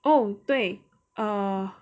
oh 对 err